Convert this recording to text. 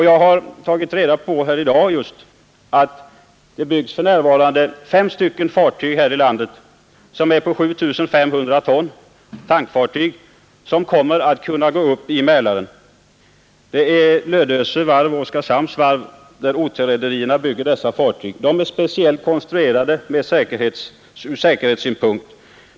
Jag har tagit reda på i dag att det för närvarande byggs fem tankfartyg här i landet på vardera 7 500 ton, som kommer att kunna gå upp i Mälaren. Lödöse varv och Oskarshamns varv bygger dessa fartyg, som är specialkonstruerade.